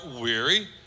weary